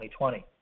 2020